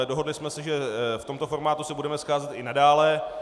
Dohodli jsme se, že v tomto formátu se budeme scházet i nadále